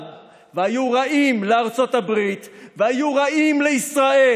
והיו רעים לארצות הברית והיו רעים לישראל,